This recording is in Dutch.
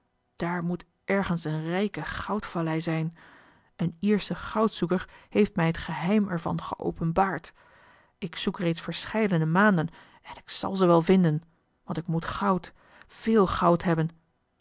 daar moet ergens eene rijke goudvallei zijn een iersche goudzoeker heeft mij het geheim er van geopenbaard ik zoek reeds verscheidene maanden en ik zal ze wel vinden want ik moet goud veel goud hebben